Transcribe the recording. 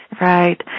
Right